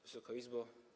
Wysoka Izbo!